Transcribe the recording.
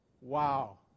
wow